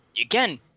again